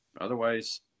otherwise